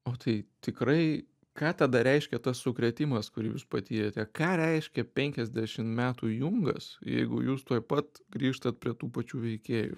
o tai tikrai ką tada reiškia tas sukrėtimas kurį jūs patyrėte ką reiškia penkiasdešim metų jungas jeigu jūs tuoj pat grįžtat prie tų pačių veikėjų